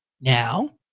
now